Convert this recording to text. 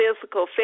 physical